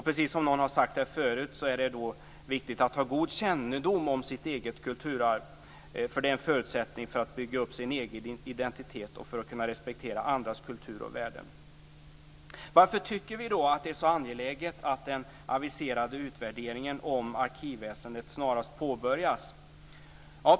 Precis som någon tidigare har sagt här är det viktigt att ha god kännedom om sitt eget kulturarv, eftersom det är en förutsättning för att bygga upp en egen identitet och för att kunna respektera andras kultur och värden. Varför tycker vi då att det är så angeläget att den aviserade utvärderingen av arkivväsendet snarast påbörjas?